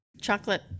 chocolate